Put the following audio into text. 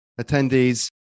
attendees